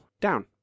down